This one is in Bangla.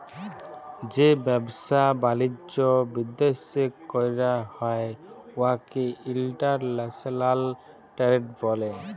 যে ব্যবসা বালিজ্য বিদ্যাশে ক্যরা হ্যয় উয়াকে ইলটারল্যাশলাল টেরেড ব্যলে